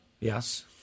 Yes